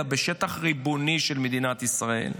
אלא בשטח ריבוני של מדינת ישראל.